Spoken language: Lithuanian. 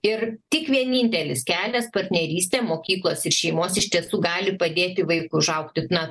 ir tik vienintelis kelias partnerystė mokyklos ir šeimos iš tiesų gali padėti vaikui užaugti na